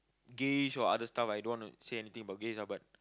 gays or other stuff I don't wanna say anything about gays ah but